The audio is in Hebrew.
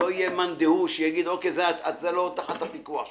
שלא יהיה מאן דהוא שיאמר: זה לא תחת הפיקוח שלך.